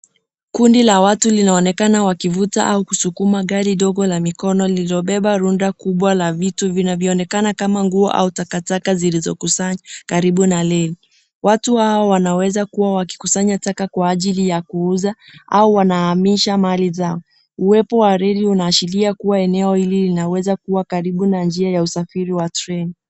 Kundi la watu linaonekana wakivuta au kusukuma gari dogo la mikono lililobeba runda kubwa la vitu vinavyoonekana kama nguo au takataka zilizokusanywa karibu na reli. Watu wao wanaweza kuwa wakikusanya taka kwa ajili ya kuuza, au wanahamisha mali zao. Uwepo wa reli unaashiria kuwa eneo hili linaweza kuwa karibu na njia ya usafiri wa treni.